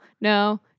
No